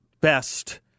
best